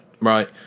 Right